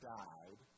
died